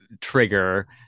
trigger